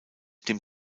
dem